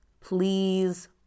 Please